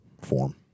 form